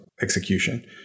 execution